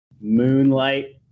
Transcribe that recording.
moonlight